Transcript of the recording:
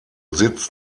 sitz